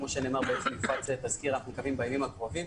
כפי שנאמר, יופץ תזכיר בימים הקרובים.